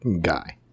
guy